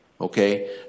Okay